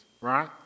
right